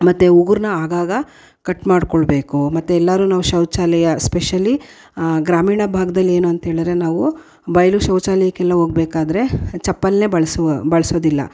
ಮತ್ತು ಉಗುರನ್ನು ಆಗಾಗ ಕಟ್ ಮಾಡಿಕೊಳ್ಬೇಕು ಮತ್ತು ಎಲ್ಲರು ನಾವು ಶೌಚಾಲಯ ಸ್ಪೆಶಲಿ ಗ್ರಾಮೀಣ ಭಾಗ್ದಲ್ಲಿ ಏನು ಅಂತ್ಹೇಳಿರೆ ನಾವು ಬಯಲು ಶೌಚಾಲಯಕ್ಕೆಲ್ಲ ಹೋಗ್ಬೇಕಾದರೆ ಚಪ್ಪಲ್ಲನ್ನೇ ಬಳಸು ಬಳಸೋದಿಲ್ಲ